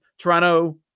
Toronto